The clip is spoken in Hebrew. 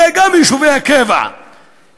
הרי גם יישובי הקבע שרויים,